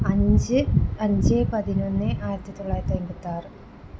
അഞ്ച് അഞ്ച് പതിനൊന്ന് ആയിരത്തി തൊള്ളായിരത്തി അൻപത്തിയാറ്